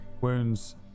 wounds